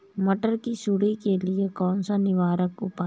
मटर की सुंडी के लिए कौन सा निवारक उपाय है?